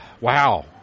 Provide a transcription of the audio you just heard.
wow